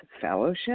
fellowship